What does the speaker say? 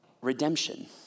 redemption